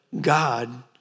God